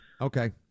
okay